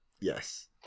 Yes